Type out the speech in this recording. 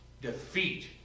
defeat